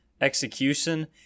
execution